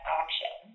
option